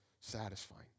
satisfying